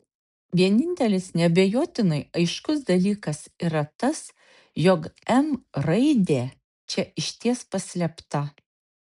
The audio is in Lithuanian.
vienintelis neabejotinai aiškus dalykas yra tas jog m raidė čia išties paslėpta